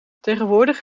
tegenwoordig